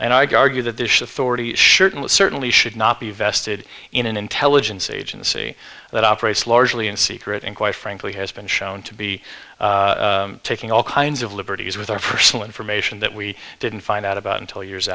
shirtless certainly should not be vested in an intelligence agency that operates largely in secret and quite frankly has been shown to be taking all kinds of liberties with our personal information that we didn't find out about until years